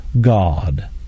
God